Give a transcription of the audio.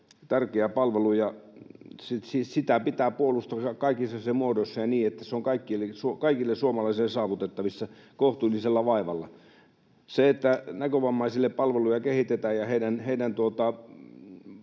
tärkeä palvelu, ja sitä pitää puolustaa kaikissa sen muodoissa ja niin, että se on kaikille suomalaisille saavutettavissa kohtuullisella vaivalla. Se, että näkövammaisille palveluja ja heidän